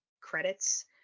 credits